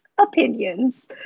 opinions